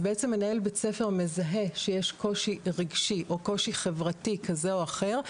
אז בעצם מנהל בית ספר מזהה שיש קושי רגשי או קושי חברתי כזה או אחר,